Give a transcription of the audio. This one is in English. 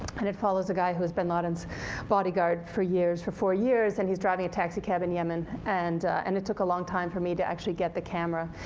and it follows a guy who was bin laden's bodyguard for years, for four years, and he's driving a taxicab in yemen. and and it took a long time for me to actually get the camera